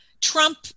Trump